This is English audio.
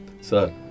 Sir